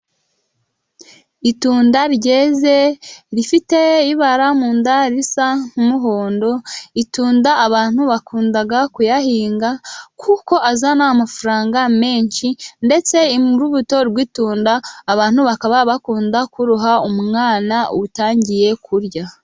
Itunda ryeze rifite ibara mu nda risa nk'umuhondo, itunda abantu bakunda kuyahinga, kuko azana amafaranga menshi, ndetse urubuto rw'itunda abantu bakaba bakunda kuruha umwana utangiye kurya.